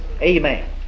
Amen